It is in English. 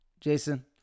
Jason